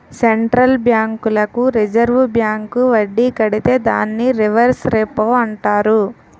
central బ్యాంకులకు reserve bank వడ్డీ కడితే దాన్ని రివర్స్ రెపో అంటారు